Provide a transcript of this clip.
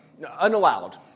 unallowed